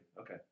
okay